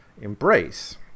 embrace